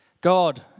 God